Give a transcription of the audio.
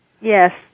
Yes